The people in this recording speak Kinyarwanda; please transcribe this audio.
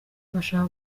bashaka